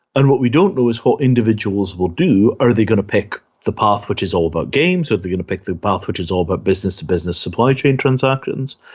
and what we don't know is what individuals will do. are they going to pick the path which is all about games, are they going to pick the path which is all about business-to-business supply chain transactions,